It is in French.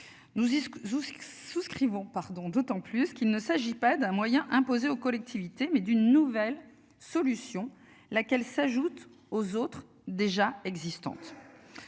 joue. Souscrivons pardon d'autant plus qu'il ne s'agit pas d'un moyen imposer aux collectivités mais d'une nouvelle solution, laquelle s'ajoute aux autres déjà existantes.